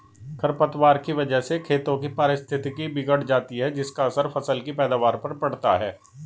खरपतवार की वजह से खेतों की पारिस्थितिकी बिगड़ जाती है जिसका असर फसल की पैदावार पर पड़ता है